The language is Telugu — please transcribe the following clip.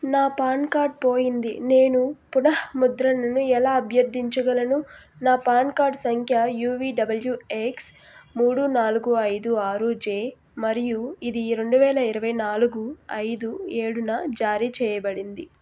నా పాన్ కార్డ్ పోయింది నేను పునఃముద్రణను ఎలా అభ్యర్థించగలను నా పాన్ కార్డ్ సంఖ్య యువిడబల్యూఎక్స్ మూడు నాలుగు ఐదు ఆరు జే మరియు ఇది రెండు వేల ఇరవై నాలుగు ఐదు ఏడున జారీ చేయబడింది